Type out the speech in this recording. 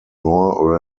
more